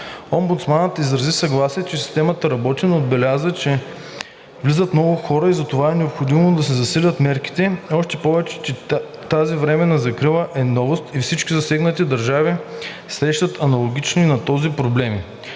Омбудсманът изрази съгласие, че системата работи, но отбеляза, че влизат много хора и затова е необходимо да се засилят мерките, още повече че тази временна закрила е новост и всички засегнати държави срещат аналогични проблеми.